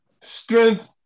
strength